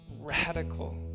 radical